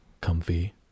comfy